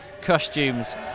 costumes